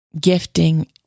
gifting